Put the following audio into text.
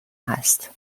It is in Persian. هست